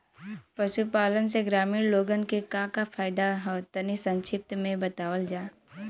पशुपालन से ग्रामीण लोगन के का का फायदा ह तनि संक्षिप्त में बतावल जा?